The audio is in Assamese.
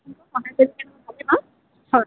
হয়